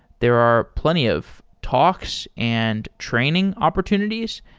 there are plenty of talks and training opportunities,